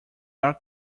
are